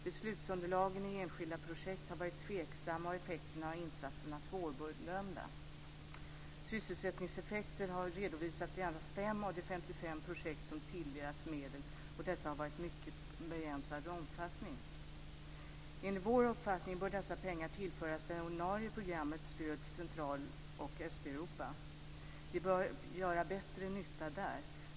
Beslutsunderlagen i enskilda projekt har varit tveksamma och effekterna av insatserna svårbedömda. Sysselsättningseffekter har redovisats i endast 5 av de 55 projekt som tilldelats medel, och dessa har varit av mycket begränsad omfattning. Enligt vår uppfattning bör dessa pengar tillföras det ordinarie programmet Stöd till Central och Östeuropa. De bör göra bättre nytta där.